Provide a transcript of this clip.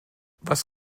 was